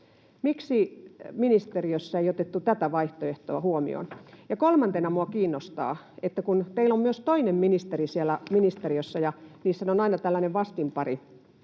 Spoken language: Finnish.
Miksi ministeriössä ei otettu tätä vaihtoehtoa huomioon? Kolmantena minua kiinnostaa, että kun teillä on myös toinen ministeri siellä ministeriössä ja niissähän on aina tällainen vastinpari